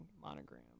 monogram